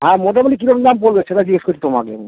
আর মোটামুটি কীরকম দাম পড়বে সেটা জিজ্ঞেস করছি তোমাকে